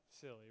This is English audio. silly